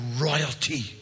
royalty